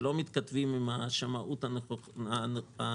שלא מתכתבים עם השמאות הנוכחית,